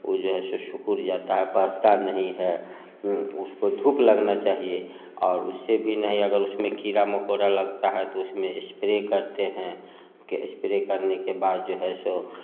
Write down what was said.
वो जो है सो सिकुड़ जाता है बढ़ता नहीं है उसको धूप लगना चाहिए और उससे भी नहीं अगर उसमें कीड़ा मकोड़ा लगता है तो उसमें स्प्रे करते हैं कि स्प्रे करने के बाद जो है सो